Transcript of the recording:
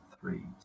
Three